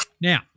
Now